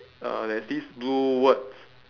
uh there's these blue words